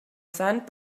sant